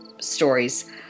stories